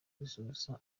gususurutsa